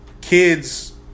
kids